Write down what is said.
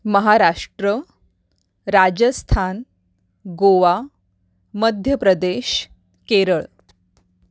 Maharashtra Rajasthan Goa Madhya Pradesh Kerala